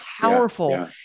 powerful